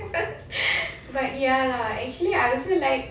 but ya lah actually I also like